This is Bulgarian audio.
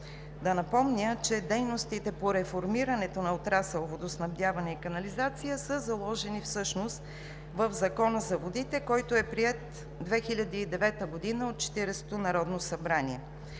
Да напомня, че дейностите по реформирането на отрасъл водоснабдяване и канализация всъщност са заложени в Закона за водите, който е приет през 2009 г. от 40-ото народно събрание.